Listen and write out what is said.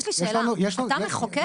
יש לי שאלה, אתה מחוקק?